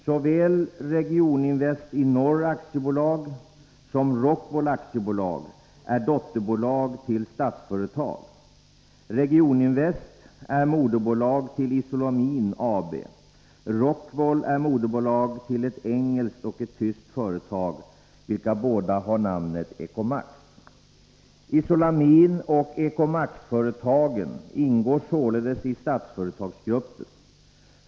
Såväl Regioninvest i Norr AB som Rockwool AB är dotterbolag till Statsföretag AB. Regioninvest är moderbolag till Isolamin AB. Rockwool är moderbolag till ett engelskt och ett tyskt företag, vilka båda har namnet Ecomax. Isolamin och Ecomaxföretagen ingår således i Statsföretagsgruppen.